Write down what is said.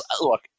look